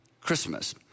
Christmas